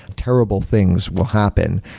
terrible things will happen.